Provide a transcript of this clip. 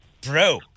Bro